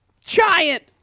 Giant